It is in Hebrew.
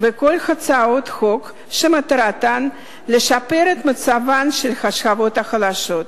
ולכל הצעות החוק שמטרתן לשפר את מצבן של השכבות החלשות,